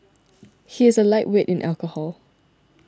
he is a lightweight in alcohol